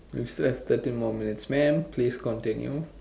we still have thirteen more minutes man please continue